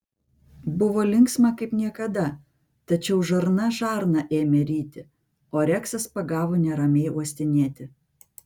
buvo linksma kaip niekada tačiau žarna žarną ėmė ryti o reksas pagavo neramiai uostinėti